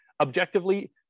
objectively